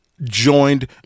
Joined